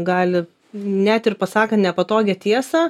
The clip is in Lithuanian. gali net ir pasakant nepatogią tiesą